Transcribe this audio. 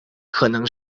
可能